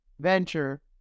venture